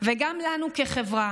וגם לנו כחברה,